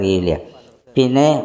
Pine